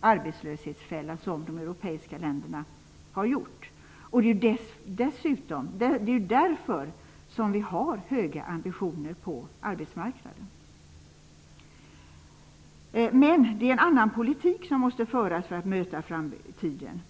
arbetslöshetsfälla som de europeiska länderna försatt sig i. Det är därför vi har höga ambitioner på arbetsmarknaden. Men en annan politik måste föras för att vi skall kunna möta framtiden.